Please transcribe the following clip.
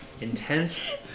Intense